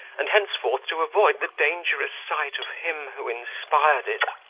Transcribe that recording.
and henceforth to avoid the dangerous sight of him, who inspired it.